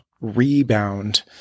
rebound